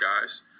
guys